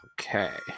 Okay